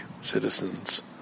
citizens